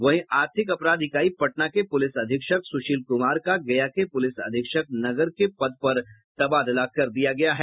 वहीं आर्थिक अपराध इकाई पटना के पुलिस अधीक्षक सुशील कुमार का गया के पुलिस अधीक्षक नगर के पद पर तबादला किया गया है